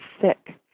sick